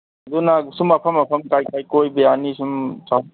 ꯑꯗꯨꯅ ꯁꯨꯝ ꯃꯐꯝ ꯃꯐꯝ ꯀꯥꯏ ꯀꯥꯏ ꯀꯣꯏꯕ ꯌꯥꯅꯤ ꯁꯨꯝ